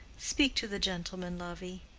speak to the gentleman, lovey.